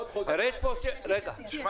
יש פה